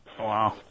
Wow